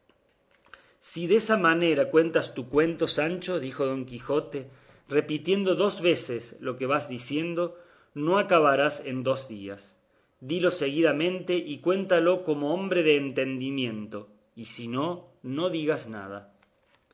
rico si desa manera cuentas tu cuento sancho dijo don quijote repitiendo dos veces lo que vas diciendo no acabarás en dos días dilo seguidamente y cuéntalo como hombre de entendimiento y si no no digas nada